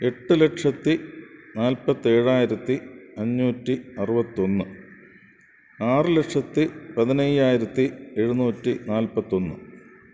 എട്ട് ലക്ഷത്തി നാൽപ്പത്തേഴായിരത്തി അഞ്ഞൂറ്റി അറുപത്തൊന്ന് ആറ് ലക്ഷത്തി പതിനയ്യായിരത്തി എഴുന്നൂറ്റി നാൽപ്പത്തൊന്ന്